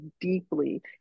deeply